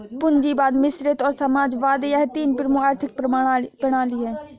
पूंजीवाद मिश्रित और समाजवाद यह तीन प्रमुख आर्थिक प्रणाली है